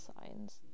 signs